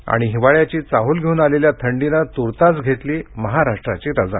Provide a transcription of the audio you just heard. आणि हिवाळ्याची चाहूल घेऊन आलेल्या थंडीनं तूर्तास घेतली महाराष्ट्राची रजा